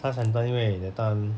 science centre 因为 that time